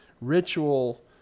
ritual